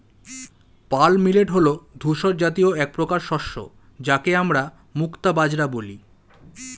pearl millet হল ধূসর জাতীয় একপ্রকার শস্য যাকে আমরা মুক্তা বাজরা বলি